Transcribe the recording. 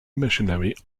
missionary